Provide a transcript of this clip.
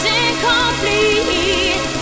incomplete